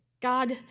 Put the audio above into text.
God